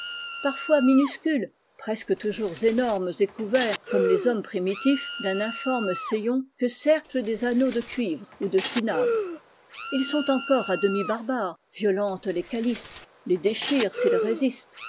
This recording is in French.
parfois minuscules presque toujours énormes et couven comme les hommes primitifs d'un inforn sayon que cerclent des anneaux de cuivre ou le progrès de cinabre ils sont encore à demi barbares violentent les calices les déchirent s'ils résistent